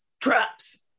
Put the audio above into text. traps